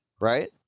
right